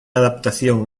adaptación